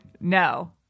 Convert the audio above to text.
No